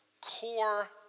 core